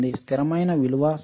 స్థిరమైన విలువ సరే